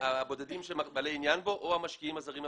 הבודדים שהם בעלי עניין בו או המשקיעים הזרים הפרטיים.